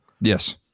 Yes